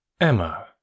Emma